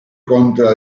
contra